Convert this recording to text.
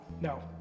No